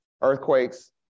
earthquakes